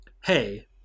hey